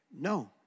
No